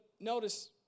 notice